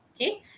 Okay